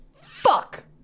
Fuck